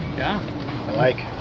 yeah? i like.